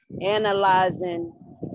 analyzing